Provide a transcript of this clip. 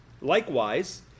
Likewise